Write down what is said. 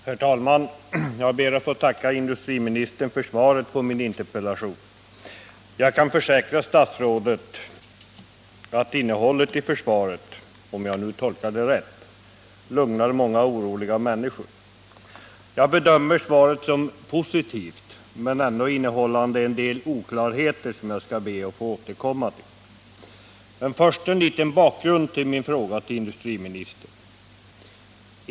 Herr talman! Jag ber att få tacka industriministern för svaret på min interpellation. Jag kan försäkra statsrådet att innehållet i svaret — om jag tolkar det rätt — lugnar många oroliga människor. Jag bedömer svaret som positivt trots att det innehåller en del oklarheter, som jag skall be att få återkomma till. Först en liten bakgrund till min fråga till industriministern.